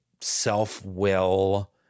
self-will